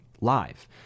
live